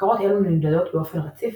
בקרות אלו נמדדות באופן רציף,